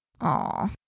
Aw